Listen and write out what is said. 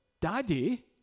Daddy